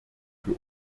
für